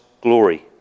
glory